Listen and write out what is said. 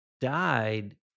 died